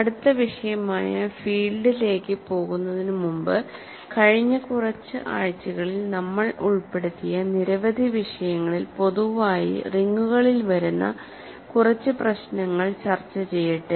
അടുത്ത വിഷയമായ ഫീൽഡിലേക്ക് പോകുന്നതിനുമുമ്പ് കഴിഞ്ഞ കുറച്ച് ആഴ്ചകളിൽ നമ്മൾ ഉൾപ്പെടുത്തിയ നിരവധി വിഷയങ്ങളിൽ പൊതുവായി റിങ്ങുകളിൽ വരുന്ന കുറച്ച് പ്രശ്നങ്ങൾ ചെയ്യട്ടെ